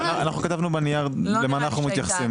אנחנו כתבנו בנייר למה אנחנו מתייחסים